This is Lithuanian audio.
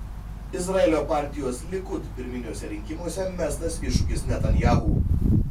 izraelio partijos likud pirminiuose rinkimuose mestas iššūkis netanyahu